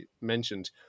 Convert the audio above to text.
mentioned